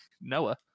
Noah